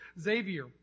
Xavier